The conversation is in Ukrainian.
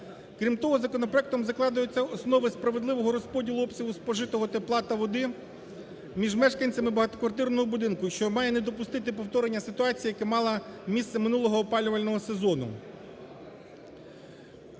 Крім того, законопроектом закладаються основи справедливого розподілу обсягу спожитого тепла та води між мешканцями багатоквартирного будинку, що має не допустити повторення ситуації, яка мали місце минулого опалювального сезону.